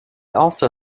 also